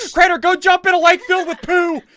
crainer, go jump in a lake filled with poo.